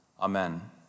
Amen